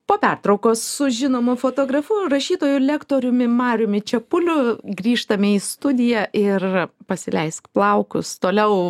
po pertraukos su žinomu fotografu rašytoju lektoriumi mariumi čepuliu grįžtame į studiją ir pasileisk plaukus toliau